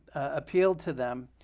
appealed to them.